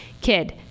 kid